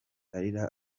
arira